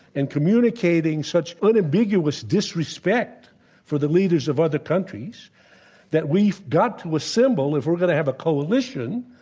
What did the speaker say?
and communicating such unambiguous disrespect for the leaders of other countries that we've got to assemble if we're going to have a coalition